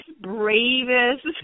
bravest